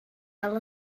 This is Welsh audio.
fel